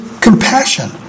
compassion